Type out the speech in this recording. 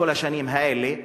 כל השנים האלה,